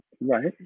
right